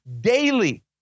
daily